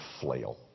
flail